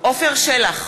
עפר שלח,